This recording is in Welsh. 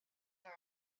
rhad